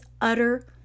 utter